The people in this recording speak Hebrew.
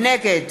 נגד